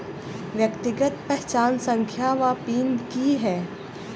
व्यक्तिगत पहचान संख्या वा पिन की है?